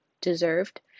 deserved